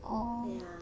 ya